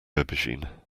aubergine